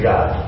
God